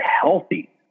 healthy